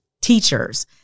teachers